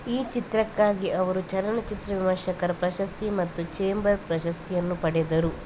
ಈ ಚಿತ್ರಕ್ಕಾಗಿ ಅವರು ಚಲನಚಿತ್ರ ವಿಮರ್ಶಕರ ಪ್ರಶಸ್ತಿ ಮತ್ತು ಚೇಂಬರ್ ಪ್ರಶಸ್ತಿಯನ್ನು ಪಡೆದರು